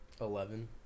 Eleven